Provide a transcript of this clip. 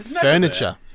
Furniture